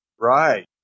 Right